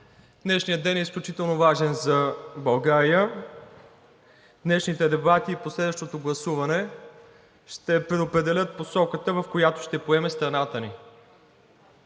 Днешният ден е изключително важен за България, днешните дебати и последващото гласуване ще предопределят посоката, в която ще поеме страната ни,